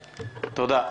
תודה.